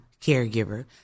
caregiver